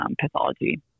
pathology